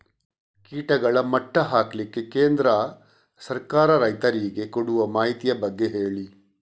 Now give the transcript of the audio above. ಕೀಟಗಳ ಮಟ್ಟ ಹಾಕ್ಲಿಕ್ಕೆ ಕೇಂದ್ರ ಸರ್ಕಾರ ರೈತರಿಗೆ ಕೊಡುವ ಮಾಹಿತಿಯ ಬಗ್ಗೆ ಹೇಳಿ